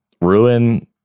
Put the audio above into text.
ruin